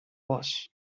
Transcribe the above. was